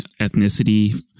ethnicity